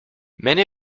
many